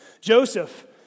Joseph